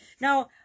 now